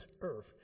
earth